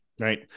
Right